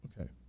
Okay